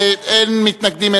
אין מתנגדים,